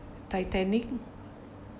titanic